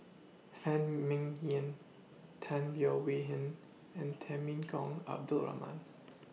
Phan Ming Yen Tan Leo Wee Hin and Temenggong Abdul Rahman